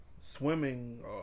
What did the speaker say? swimming